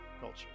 culture